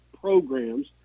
programs